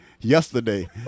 Yesterday